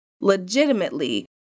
legitimately